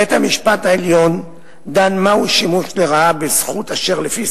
בית-המשפט העליון דן מהו שימוש לרעה בזכות אשר לפי